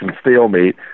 stalemate